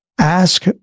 ask